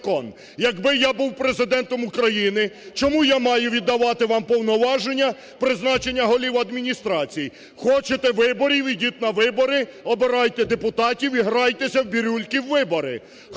Якби я був Президентом України, чому я маю віддавати вам повноваження призначення голів адміністрацій? Хочете виборів, ідіть на вибори, обирайте депутатів і грайтеся в бірюльки, в вибори.